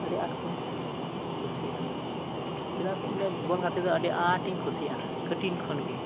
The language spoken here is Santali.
ᱟᱹᱰᱤ ᱟᱸᱴ ᱠᱚ ᱠᱩᱥᱤᱜᱼᱟ ᱪᱮᱫᱟᱜ ᱛᱮ ᱤᱧ ᱫᱚ ᱵᱚᱞ ᱜᱟᱛᱮᱜ ᱟᱹᱰᱤ ᱟᱸᱴᱤᱧ ᱠᱩᱥᱤᱭᱟᱜᱼᱟ ᱠᱟᱹᱴᱤᱡ ᱠᱷᱚᱱ ᱜᱮ